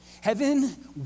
Heaven